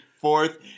fourth